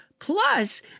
Plus